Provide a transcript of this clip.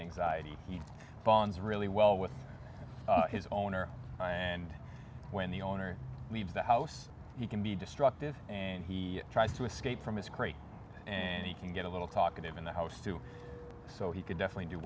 anxiety bonds really well with his owner and when the owner leaves the house he can be destructive and he tries to escape from his crate and he can get a little talkative in the house too so he could definitely do